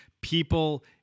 people